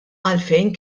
għalfejn